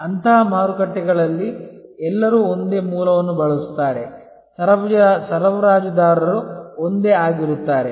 ಅಂತಹ ಮಾರುಕಟ್ಟೆಗಳಲ್ಲಿ ಎಲ್ಲರೂ ಒಂದೇ ಮೂಲವನ್ನು ಬಳಸುತ್ತಾರೆ ಸರಬರಾಜುದಾರರು ಒಂದೇ ಆಗಿರುತ್ತಾರೆ